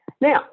Now